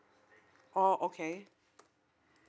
oh okay